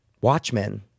watchmen